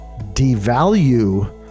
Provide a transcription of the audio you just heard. devalue